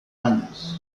años